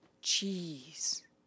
cheese